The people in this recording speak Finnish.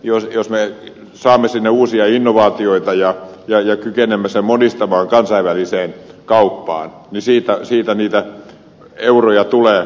jos me saamme sinne uusia innovaatioita ja kykenemme sen monistamaan kansainväliseen kauppaan niin siitä niitä euroja tulee